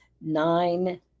nine